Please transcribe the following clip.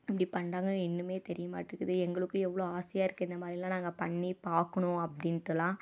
இப்படி பண்ணுறாங்க இன்னுமே தெரிய மாட்டேக்குது எங்களுக்கும் எவ்வளோ ஆசையாக இருக்குது இந்த மாதிரிலாம் நாங்கள் பண்ணி பார்க்கணும் அப்படின்ட்டெல்லாம்